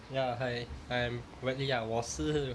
ya hi I'm bradley ah 我是